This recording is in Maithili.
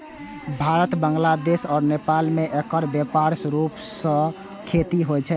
भारत, बांग्लादेश आ नेपाल मे एकर व्यापक रूप सं खेती होइ छै